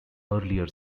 earlier